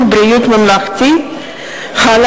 ממלכתי (תיקון,